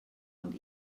und